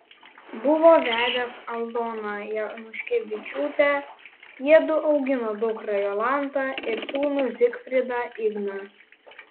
buvo vedęs aldona januškevičiūtę jiedu augino dukrą jolantą ir sūnų zigfridą igną